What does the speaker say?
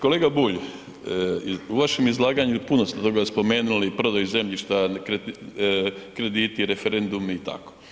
Kolega Bulj, u vašem izlaganju puno ste toga spomenuli, prodaju zemljišta, krediti, referendumi i tako.